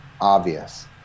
obvious